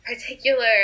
particular